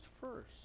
first